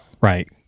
Right